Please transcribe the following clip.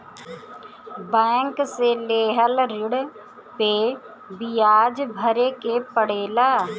bank से लेहल ऋण पे बियाज भरे के पड़ेला